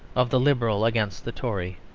of the liberal against the tory.